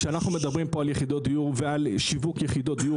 כשאנחנו מדברים פה על יחידות דיור ועל שיווק יחידות דיור